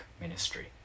ministry